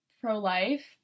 pro-life